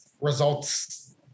results